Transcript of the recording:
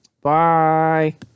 Bye